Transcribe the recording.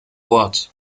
ort